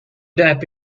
depp